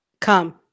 Come